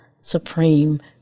Supreme